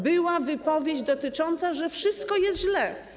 Była wypowiedź dotycząca tego, że wszystko jest źle.